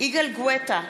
יגאל גואטה,